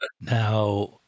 Now